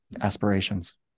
aspirations